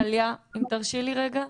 טליה אם תרשי לי רגע,